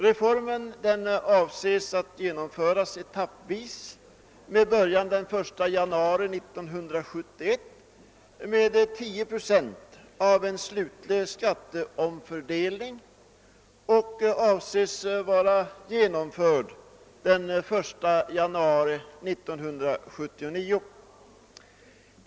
Avsikten är att reformen skall förverkligas etappvis med början den 1 januari 1971, då 10 procent av den totala skatteomfördelningen genomföres, och att den skall vara slutförd den 1 januari 1979.